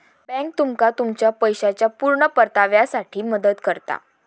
bank तुमका तुमच्या पैशाच्या पुर्ण परताव्यासाठी मदत करता